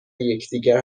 یکدیگر